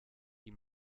die